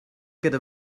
gyda